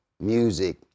Music